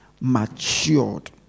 matured